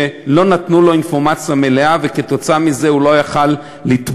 לא נתנו לו אינפורמציה מלאה וכתוצאה מזה הוא לא יכול היה לתבוע,